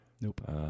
Nope